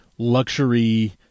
luxury